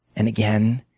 and again,